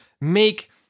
make